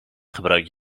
gebruikt